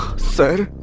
sir,